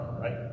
right